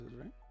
right